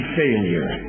failure